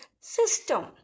system